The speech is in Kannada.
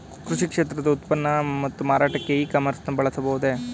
ಕೃಷಿ ಕ್ಷೇತ್ರದ ಉತ್ಪನ್ನ ಮತ್ತು ಮಾರಾಟಕ್ಕೆ ಇ ಕಾಮರ್ಸ್ ನ ಬಳಸಬಹುದೇ?